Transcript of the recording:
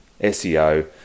SEO